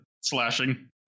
slashing